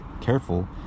careful